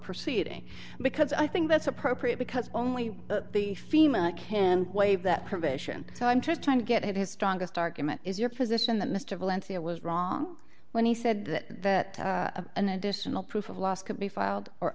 proceeding because i think that's appropriate because only the fema can waive that provision so i'm just trying to get his strongest argument is your position that mr valencia was wrong when he said that an additional proof of loss could be filed or